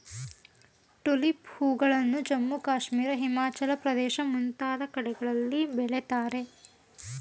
tulip ಹೂಗಳನ್ನು ಜಮ್ಮು ಕಾಶ್ಮೀರ, ಹಿಮಾಚಲ ಪ್ರದೇಶ ಮುಂತಾದ ಕಡೆಗಳಲ್ಲಿ ಬೆಳಿತಾರೆ